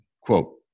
quote